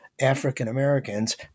African-Americans